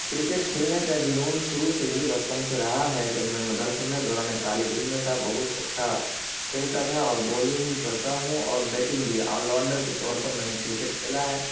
cricket کھیلنے کا جنون شروع سے ہی بچپن سے رہا ہے جب میں مدرسے میں دوران طالب علم میں تھا بہت اچھا کھیلتا تھا اور بولنگ کرتا ہوں اور بیٹنگ بھی آل راؤنڈر کے طور پر میں نے کرکٹ کھیلا ہے